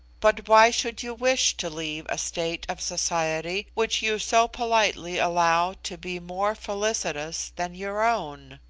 but why should you wish to leave a state of society which you so politely allow to be more felicitous than your own?